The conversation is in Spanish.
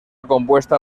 compuesta